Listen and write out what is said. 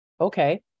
Okay